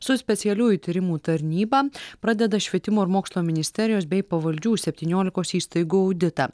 su specialiųjų tyrimų tarnyba pradeda švietimo ir mokslo ministerijos bei pavaldžių septyniolikos įstaigų auditą